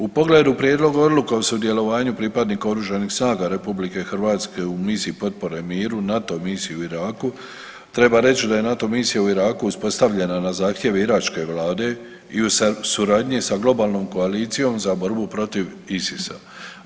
U pogledu Prijedloga odluke o sudjelovanju pripadnika Oružanih snaga Republike Hrvatske u misiji potpore miru, NATO misiji u Iraku treba reći da je NATO misija u Iraku uspostavljena na zahtjev Iračke Vlade i u suradnji sa globalnom koalicijom za borbu protiv ISIS-a.